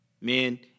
Men